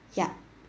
ya